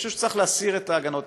אני חושב שצריך להסיר את ההגנות.